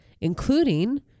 including